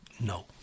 No